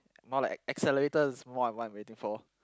more like accelerator is more of what I'm waiting for